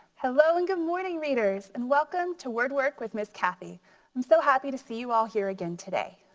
hello and good morning readers and welcome to word work with miss kathy. i'm so happy to see you all here again today.